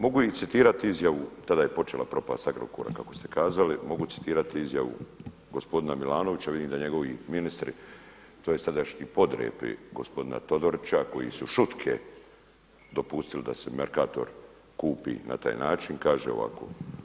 Mogu i citirati izjavu, tada je i počela propast Agrokora kako ste i kazali, mogu citirati izjavu gospodina Milanovića, vidim da njegovi ministri, tj. sadašnji podrepi gospodina Todorića koji su šutke dopustili da se Merkator kupi na taj način kaže ovako.